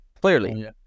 Clearly